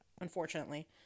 Unfortunately